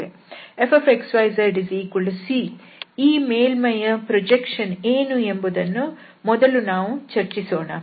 fx y zC ಈ ಮೇಲ್ಮೈಯ projection ಏನು ಎಂಬುದನ್ನು ಮೊದಲು ನಾವು ಚರ್ಚಿಸೋಣ